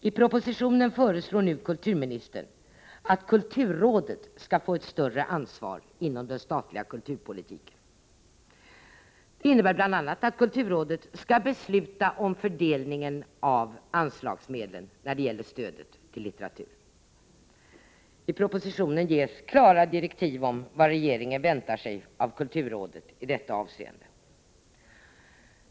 I propositionen föreslår nu kulturministern att kulturrådet skall få ett större ansvar inom den statliga kulturpolitiken. Detta innebär att kulturrådet skall besluta om fördelningen av anslagsmedlen när det gäller stödet till litteratur. I propositionen ges klara direktiv om vad regeringen väntar sig av kulturrådet i detta avseende.